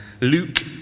Luke